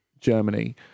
Germany